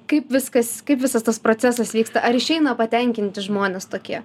kaip viskas kaip visas tas procesas vyksta ar išeina patenkinti žmonės tokie